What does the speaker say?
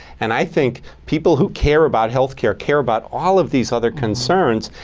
and i think people who care about health care care about all of these other concerns.